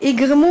יגרמו